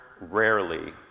rarely